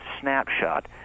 snapshot